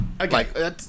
Okay